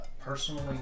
Personally